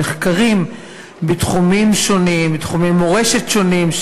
מחקרים בתחומים שונים,